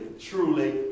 truly